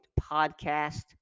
Podcast